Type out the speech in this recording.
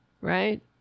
right